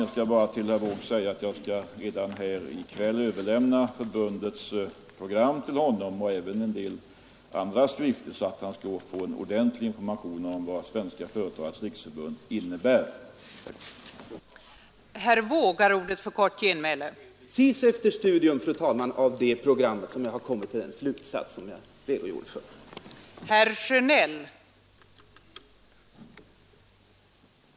Jag vill bara säga till herr Wååg att jag redan i kväll skall överlämna förbundets program och annan information så att han får saklig information om vad Svenska Företagares riksförbund innebär och vilken målsättning denna organisation har.